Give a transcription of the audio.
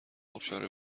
ابشار